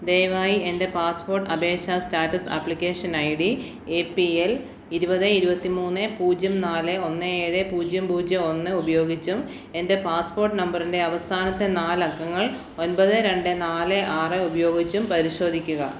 ദയവായി എന്റെ പാസ്പോർട്ട് അപേക്ഷ status application I D A P L ഇരുപത് ഇരുപത്തി മൂന്ന് പൂജ്യം നാല് ഒന്ന് ഏഴ് പൂജ്യം പൂജ്യം ഒന്ന് ഉപയോഗിച്ചും എന്റെ പാസ്പോർട്ട് നമ്പറിന്റെ അവസാനത്തെ നാലക്കങ്ങൾ ഒമ്പത് രണ്ട് നാല് ആറ് ഉപയോഗിച്ചും പരിശോധിക്കുക